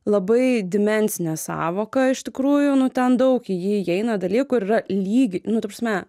labai dimensinė sąvoka iš tikrųjų nu ten daug į jį įeina dalykų ir yra lygi nu ta prasme